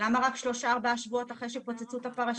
3-4 שבועות אחרי שפוצצו את הפרשה?